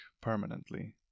permanently